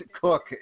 cook